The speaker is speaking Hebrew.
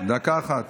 דקה אחת.